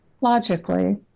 logically